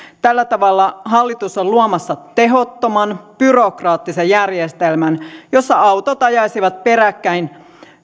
tällä tavalla hallitus on luomassa tehottoman byrokraattisen järjestelmän jossa autot ajaisivat peräkkäin